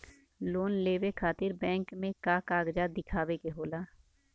Loan लेवे खातिर bank मे का कागजात दिखावे के होला?